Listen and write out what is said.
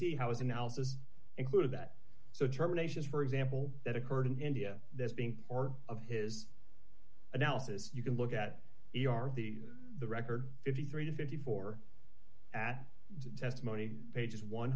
analysis included that so terminations for example that occurred in india that being part of his analysis you can look at the are the the record fifty three to fifty four at the testimony pages one